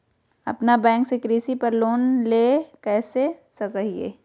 अपना बैंक से कृषि पर लोन कैसे ले सकअ हियई?